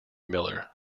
miller